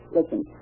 Listen